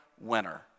winner